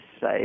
say